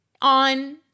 on